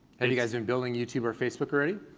and you guys been building youtube or facebook already?